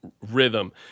rhythm